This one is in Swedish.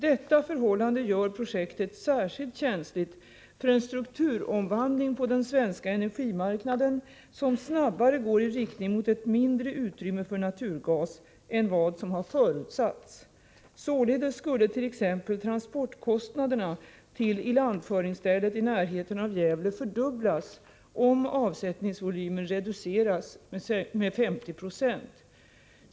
Detta förhållande gör projektet särskilt känsligt för en strukturomvandling på den svenska energimarknaden som snabbare går i riktning mot ett mindre utrymme för naturgas än vad som har förutsatts. Således skulle t.ex. transportkostnaderna till ilandföringsstället i närheten av Gävle fördubblas om avsättningsvolymen reduceras med 50 96.